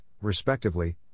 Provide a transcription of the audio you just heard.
respectively